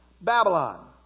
Babylon